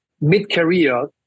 mid-career